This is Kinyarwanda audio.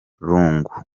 lungu